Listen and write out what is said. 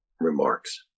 remarks